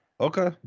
Okay